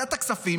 לוועדת הכספים,